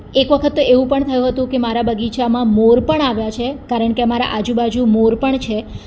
એક વખત થયું હતું કે મારા બગીચામાં મોર પણ આવ્યા છે કારણ કે અમારા આજુબાજુ મોર પણ છે